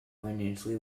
financially